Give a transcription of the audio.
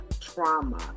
trauma